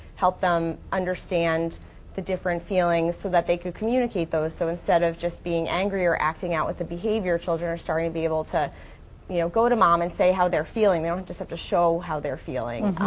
help them understand the different feelings so that they could communicate those. so instead of just being angry or acting out with a behavior children are starting to be able to you know go to mom and say how they're feeling. they don't just have to show how they're feeling.